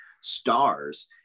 stars